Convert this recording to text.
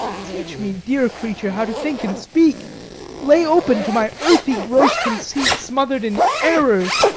teach me, dear creature, how to think and speak lay open to my earthy-gross conceit, smoth'red in errors,